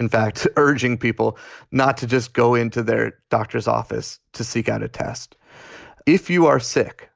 in fact, urging people not to just go into their doctor's office to seek out a test if you are sick